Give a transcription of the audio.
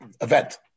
event